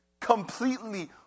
Completely